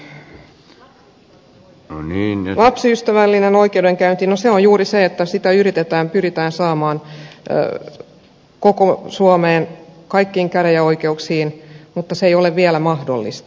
lapsiystävällinen oikeudenkäynti siinä on juuri se että se pyritään saamaan koko suomeen kaikkiin käräjäoikeuksiin mutta se ei ole vielä mahdollista